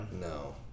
No